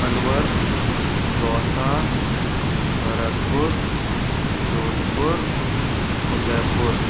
अलवर द्वारसा भरतपुर जोधपुर उदयपुर